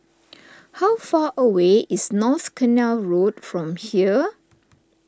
how far away is North Canal Road from here